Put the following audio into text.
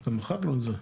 אבל מחקנו את זה.